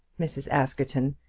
mrs. askerton,